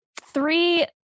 three